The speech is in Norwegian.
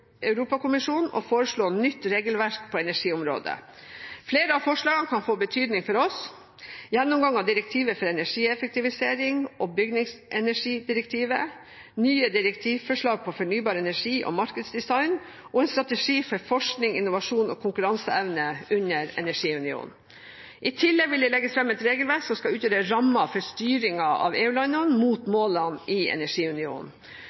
Europakommisjonen å foreslå nytt regelverk på energiområdet. Flere av forslagene kan få betydning for oss: gjennomgang av direktivet for energieffektivisering og bygningsenergidirektivet, nye direktivforslag om fornybar energi og markedsdesign og en strategi for forskning, innovasjon og konkurranseevne under energiunionen. I tillegg vil det legges fram et regelverk som skal utgjøre rammen for styring av EU-landene mot målene i energiunionen.